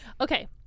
Okay